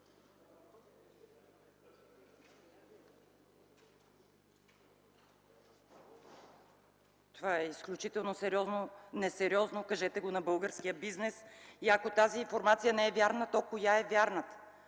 Това е изключително несериозно – кажете го на българския бизнес. Ако тази информация не е вярна, то коя е вярна?